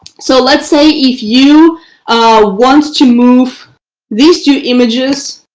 so let's say if you want to move these two images